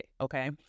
Okay